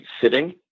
sitting